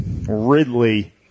Ridley